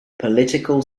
political